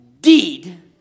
deed